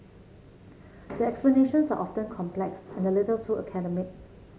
the explanations are often complex and a little too academic